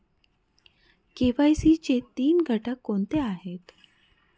KYC चे तीन घटक कोणते आहेत?